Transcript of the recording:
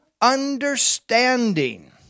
understanding